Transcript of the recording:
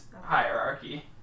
hierarchy